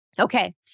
Okay